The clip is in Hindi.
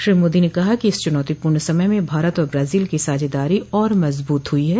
श्री मोदी ने कहा कि इस चुनौतीपूर्ण समय में भारत और ब्राजील की साझेदारी और मजबूत हुई है